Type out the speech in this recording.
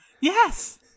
Yes